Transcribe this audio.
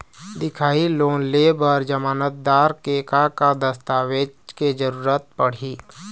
दिखाही लोन ले बर जमानतदार के का का दस्तावेज के जरूरत पड़ही?